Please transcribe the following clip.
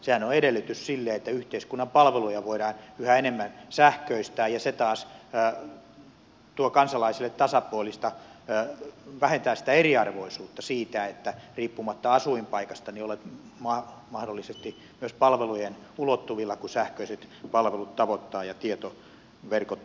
sehän on edellytys sille että yhteiskunnan palveluja voidaan yhä enemmän sähköistää ja se taas tuo kansalaisille tasapuolisuutta vähentää sitä eriarvoisuutta siinä että riippumatta asuinpaikasta olet mahdollisesti myös palvelujen ulottuvilla kun sähköiset palvelut tavoittavat ja tietoverkot toimivat